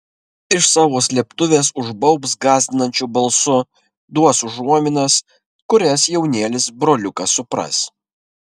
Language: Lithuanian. iš savo slėptuvės užbaubs gąsdinančiu balsu duos užuominas kurias jaunėlis broliukas supras